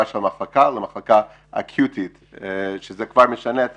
של המחלקה למחלקה אקוטית שזה כבר משנה את